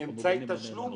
אמצעי תשלום